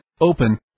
open